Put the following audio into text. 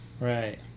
Right